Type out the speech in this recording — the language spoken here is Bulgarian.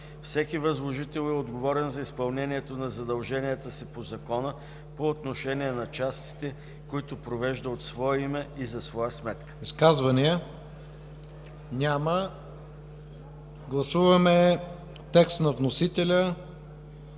Всеки възложител е отговорен за изпълнението на задълженията си по закона по отношение на частите, които провежда от свое име и за своя сметка.” ПРЕДСЕДАТЕЛ ИВАН К. ИВАНОВ: Изказвания? Няма. Гласуваме текста на вносителя,